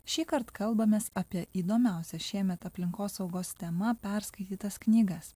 šįkart kalbamės apie įdomiausias šiemet aplinkosaugos tema perskaitytas knygas